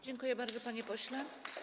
Dziękuję bardzo, panie pośle.